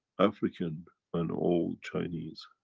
african and old chinese.